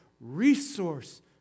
resource